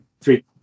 Three